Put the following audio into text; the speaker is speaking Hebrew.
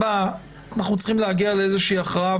אנחנו צריכים להגיע לאיזושהי הכרעה,